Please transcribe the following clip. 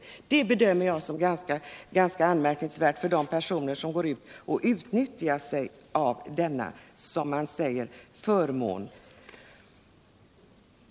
Enligt min bedömning är det ganska anmärkningsvärt att informationen skall komma först i efterhand till de personer som går ut och utnyttjar sig av denna — som man kallar det — förmån.